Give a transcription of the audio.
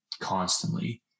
constantly